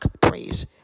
praise